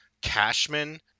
Cashman